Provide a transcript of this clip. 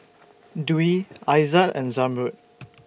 Dwi Aizat and Zamrud